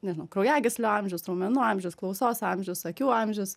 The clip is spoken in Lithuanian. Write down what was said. nežinau kraujagyslių amžius raumenų amžius klausos amžius akių amžius